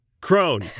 crone